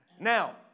Now